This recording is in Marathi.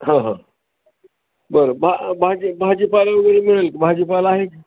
हां हां बरं भा भाजी भाजीपाला वगैरे मिळेल भाजीपाला आहे